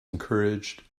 encouraged